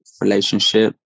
relationship